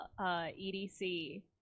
EDC